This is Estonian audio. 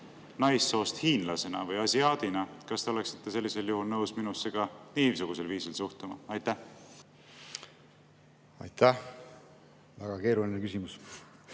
naissoost hiinlase või asiaadina, siis kas te oleksite sellisel juhul nõus minusse ka niisugusel viisil suhtuma. Aitäh! Väga keeruline küsimus.